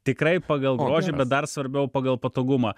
tikrai pagal grožį bet dar svarbiau pagal patogumą